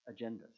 agendas